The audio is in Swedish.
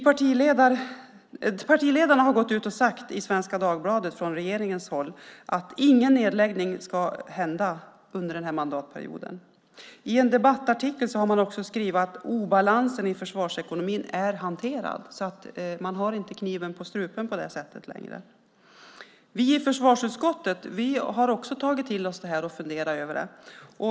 Partiledarna från regeringshåll har i Svenska Dagbladet gått ut och sagt att ingen nedläggning ska hända under den här mandatperioden, och i en debattartikel har man skrivit att obalansen i försvarsekonomin är hanterad. På det sättet har man alltså inte längre kniven på strupen. Vi i försvarsutskottet har också tagit till oss detta och funderat på det.